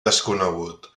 desconegut